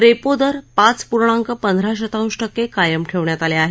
repo दर पाच पूर्णांक पंधरा शतांश टक्के कायम ठेवण्यात आले आहेत